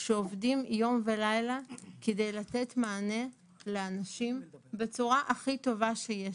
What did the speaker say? שעובדים יום ולילה כדי לתת מענה לאנשים בצורה הכי טובה שיש.